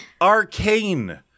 arcane